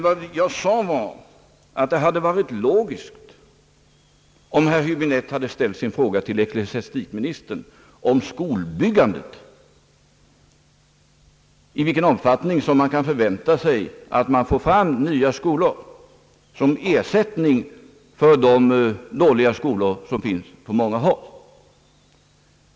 Vad jag sade var att det hade varit logiskt om herr Huäbinette hade frågat ecklesiastikministern om skolbyggandet och i vilken utsträckning man kan förvänta sig att man får nya skolor som ersättning för de dåliga skolor som finns på många håll.